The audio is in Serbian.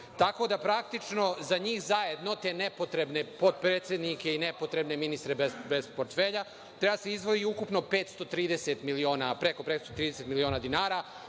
Tako da, praktično za njih zajedno, te nepotrebne potpredsednike i nepotrebne ministre bez portfelja treba da se izdvoji ukupno 530, preko 530 miliona dinara,